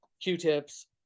Q-tips